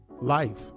life